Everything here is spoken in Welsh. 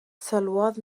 sylwodd